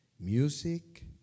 Music